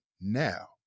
now